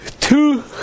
two